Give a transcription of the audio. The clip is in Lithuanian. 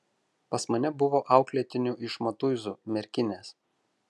pas mane buvo auklėtinių iš matuizų merkinės